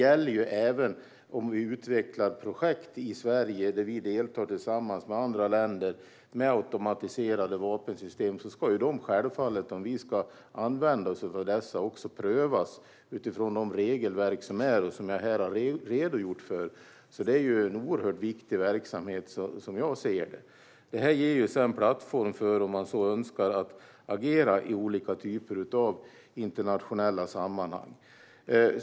Även om vi utvecklar projekt i Sverige, där vi deltar tillsammans med andra länder med automatiserade vapensystem, ska det ju också prövas utifrån de regelverk som finns och som jag här har redogjort för om vi ska använda oss av dessa. Det är en oerhört viktig verksamhet, som jag ser det, och ger sedan en plattform, om man så önskar, att agera i olika typer av internationella sammanhang.